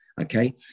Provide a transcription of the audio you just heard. okay